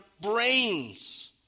brains